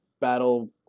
battle